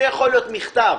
זה יכול להיות מכתב